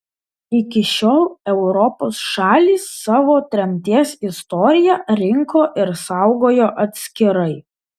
iki šiol europos šalys savo tremties istoriją rinko ir saugojo atskirai